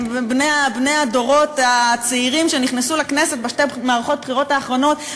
בני הדורות הצעירים שנכנסו לכנסת לאחר שתי מערכות הבחירות האחרונות,